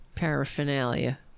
paraphernalia